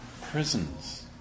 Prisons